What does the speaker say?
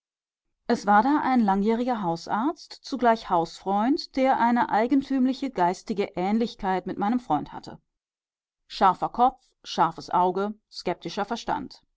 es war da ein langjähriger hausarzt zugleich hausfreund der eine eigentümliche geistige ähnlichkeit mit meinem freund hatte scharfer kopf scharfes auge skeptischer verstand